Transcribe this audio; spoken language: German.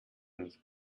nicht